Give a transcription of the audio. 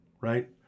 right